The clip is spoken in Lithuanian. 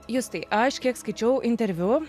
justai aš kiek skaičiau interviu